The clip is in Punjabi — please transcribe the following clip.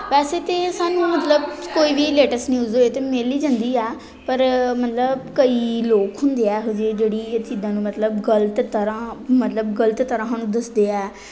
ਵੈਸੇ ਤਾਂ ਸਾਨੂੰ ਮਤਲਬ ਕੋਈ ਵੀ ਲੇਟੈਸਟ ਨਿਊਜ਼ ਹੋਏ ਤਾਂ ਮਿਲ ਹੀ ਜਾਂਦੀ ਆ ਪਰ ਮਤਲਬ ਕਈ ਲੋਕ ਹੁੰਦੇ ਆ ਇਹੋ ਜਿਹੇ ਜਿਹੜੀ ਇਹ ਚੀਜ਼ਾਂ ਨੂੰ ਮਤਲਬ ਗਲਤ ਤਰ੍ਹਾਂ ਮਤਲਬ ਗਲਤ ਤਰ੍ਹਾਂ ਸਾਨੂੰ ਦੱਸਦੇ ਹੈ